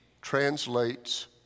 translates